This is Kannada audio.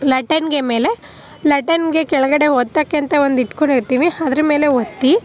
ಲಟ್ಟಣಿಗೆ ಮೇಲೆ ಲಟ್ಟಣಿಗೆ ಕೆಳಗಡೆ ಒತ್ತೋಕೆ ಅಂತ ಒಂದು ಇಟ್ಕೊಂಡಿರ್ತೀನಿ ಅದ್ರ ಮೇಲೆ ಒತ್ತಿ